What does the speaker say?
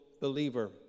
believer